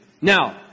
Now